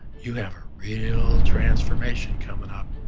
you have a real transformation comin' up.